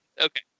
okay